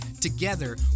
Together